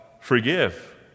forgive